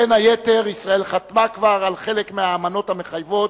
בין היתר ישראל חתמה כבר על חלק מהאמנות המחייבות,